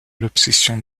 l’obsession